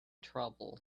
trouble